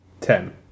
ten